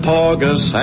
Porgus